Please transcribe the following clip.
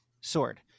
sword